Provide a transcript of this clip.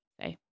say